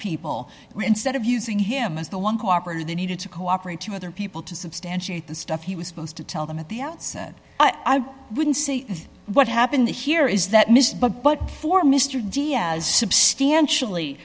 people instead of using him as the one cooperated they needed to cooperate to other people to substantiate the stuff he was supposed to tell them at the outset i've wouldn't say what happened here is that miss but but for mr diaz substantially